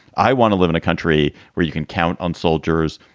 i want to live in a country where you can count on soldiers.